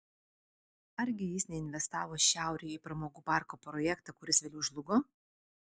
argi jis neinvestavo šiaurėje į pramogų parko projektą kuris vėliau žlugo